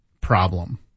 problem